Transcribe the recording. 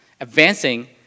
Advancing